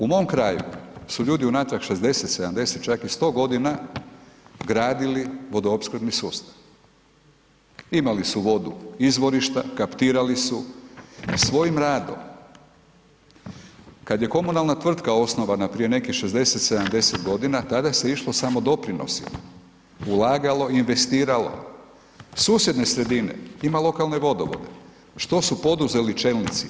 U mom kraju su ljudi unatrag 60, 70, čak i 100.g. gradili vodoopskrbni sustav, imali su vodu izvorišta, kaptirali su svojim radom, kad je komunalna tvrtka osnovana prije nekih 60, 70.g. tada se išlo samo doprinosima, ulagalo, investiralo, susjedne sredine ima lokalne vodovode, što su poduzeli čelnici?